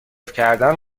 کردن